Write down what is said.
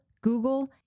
Google